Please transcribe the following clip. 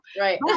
Right